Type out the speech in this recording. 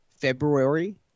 February